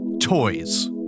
Toys